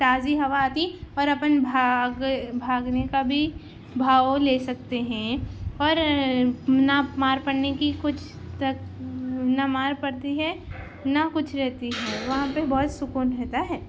تازی ہوا آتی اور اپن بھاگ بھاگنے کا بھی بھاؤ لے سکتے ہیں اور نہ مار پڑنے کی کچھ تک نہ مار پڑتی ہے نہ کچھ رہتی ہے وہاں پہ بہت سکون رہتا ہے